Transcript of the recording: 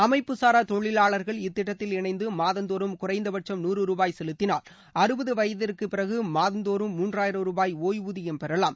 அமைப்புசாரா தொழிலாளர்கள் இத்திட்டத்தில் இணைந்து மாதந்தோறும் குறைந்தபட்சும் நூறு ருபாய் செலுத்தினால் அறுபது வயதிற்கு பிறகு மாதந்தோறும் மூன்றாயிரம் ரூபாய் ஒய்வூதியம் பெறலாம்